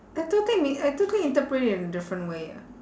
I totally mi~ I totally interpret it in different way ah